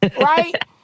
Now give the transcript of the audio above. right